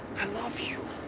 and love you.